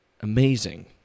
Amazing